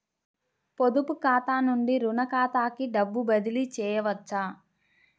పొదుపు ఖాతా నుండీ, రుణ ఖాతాకి డబ్బు బదిలీ చేయవచ్చా?